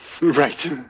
right